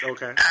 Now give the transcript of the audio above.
Okay